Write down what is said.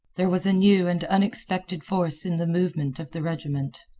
there was new and unexpected force in the movement of the regiment.